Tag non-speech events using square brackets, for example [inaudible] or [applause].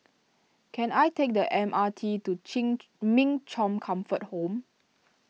can I take the M R T to Chin [noise] Min Chong Comfort Home